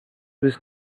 was